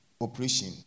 operation